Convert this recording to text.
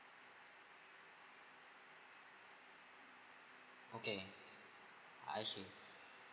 okay I see